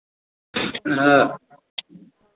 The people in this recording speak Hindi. हाँ